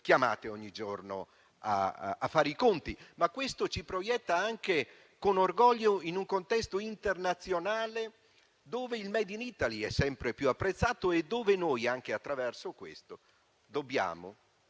chiamate ogni giorno a fare i conti. Questo ci proietta anche, con orgoglio, in un contesto internazionale dove il *made in Italy* è sempre più apprezzato e dove noi, anche attraverso questo